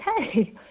okay